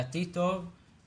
לעתיד טוב,